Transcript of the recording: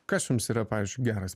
kas jums yra pavyzdžiui geras